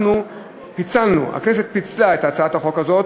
אנחנו פיצלנו, הכנסת פיצלה, את הצעת החוק הזו,